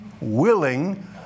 willing